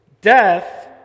Death